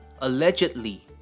allegedly